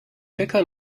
bäcker